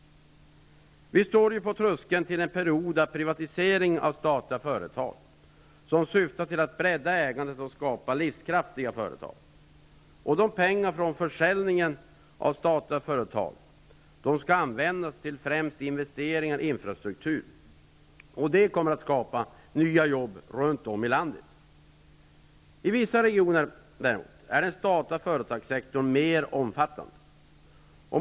Vi står nu på tröskeln till en period med privatisering av statliga företag, som syftar till ett breddat ägande och till att livskraftiga företag skapas. De pengar som försäljningen av statliga företag ger skall användas främst till investeringar i infrastrukturen. Det ger nya jobb runt om i landet. I vissa regioner är den statliga företagssektorn mer omfattande.